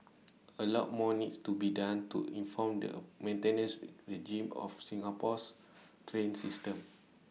A lot more needs to be done to inform the maintenance regime of Singapore's train system